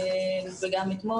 וגם אתמול,